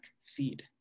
feed